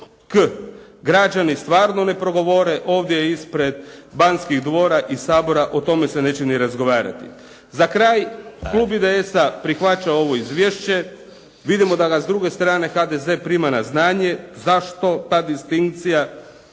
k, građani stvarno ne progovore ovdje ispred Banskih dvora i Sabora o tome se neće ni razgovarati. Za kraj klub IDS-a prihvaća ovo izvješće. Vidimo da ga s druge strane HDZ prima na znanje. Zašto ta distinkcija?